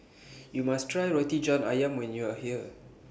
YOU must Try Roti John Ayam when YOU Are here